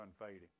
unfading